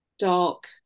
dark